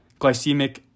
glycemic